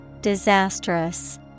Disastrous